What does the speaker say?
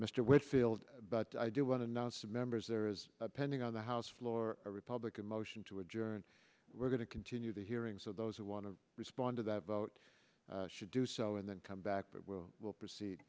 mr whistled but i do want announce to members there is a pending on the house floor a republican motion to adjourn we're going to continue the hearing so those who want to respond to that vote should do so and then come back but we will proceed